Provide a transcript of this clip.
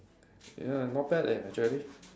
ya not bad leh actually